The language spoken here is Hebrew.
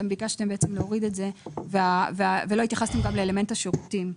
אתם ביקשתם להוריד את זה ולא התייחסתם גם לאלמנט השירותים.